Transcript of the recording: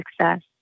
success